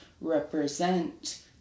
represent